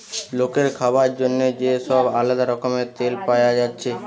লোকের খাবার জন্যে যে সব আলদা রকমের তেল পায়া যাচ্ছে